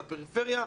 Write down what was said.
בפריפריה,